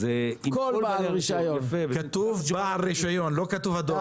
אז -- כתוב "בעל רישיון", לא כתוב הדואר.